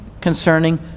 concerning